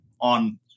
on